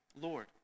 Lord